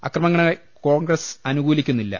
അക്രമങ്ങളെ Congress അനുകൂലിക്കുന്നില്ല